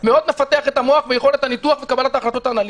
מאוד מפתח את המוח ויכולת הניתוח וקבלת החלטות אנליטית.